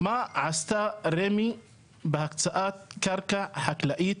מה עשתה רמ"י בהקצאת קרקע חקלאית